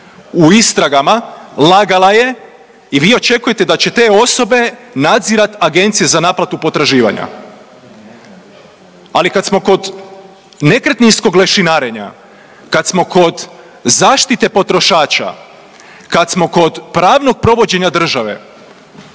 u istragama lagala je i vi očekujete da će te osobe nadzirati Agencije za naplatu potraživanja? Ali kad smo kod nekretninskog lešinarenja, kad smo kod zaštite potrošača, kad smo kod pravnog provođenja države